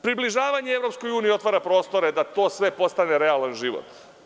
Približavanje EU otvara prostor da sve to postane realan život.